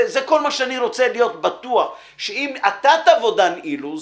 בזה אני רוצה להיות בטוח, שאם אתה תבוא, דן אילוז,